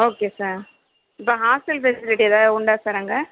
okay sir இப்போ hostel facility ஏதாவது உண்டா சார் அங்கே